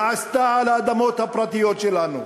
נעשתה על האדמות הפרטיות שלנו.